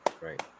Right